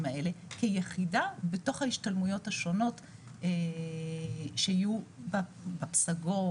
האלה כיחידה בתוך ההשתלמויות השונות שיהיו בפסגות,